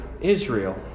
Israel